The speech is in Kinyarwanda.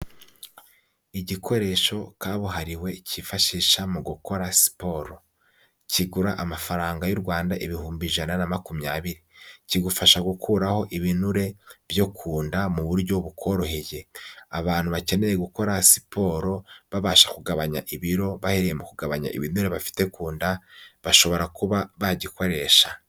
Igikoresho kabuhariwe kifashisha mu gukora siporo, kigura amafaranga y'u Rwanda ibihumbi ijana na makumyabiri kigufasha gukuraho ibinure byo ku nda mu buryo bukoroheye, abantu bakeneye gukora siporo babasha kugabanya ibiro bahereye mu kugabanya ibimera bafite ku nda bashobora kuba bagikoresha.